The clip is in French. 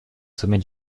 sommet